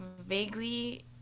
vaguely